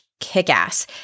kickass